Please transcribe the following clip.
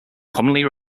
commonly